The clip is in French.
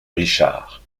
richard